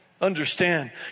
Understand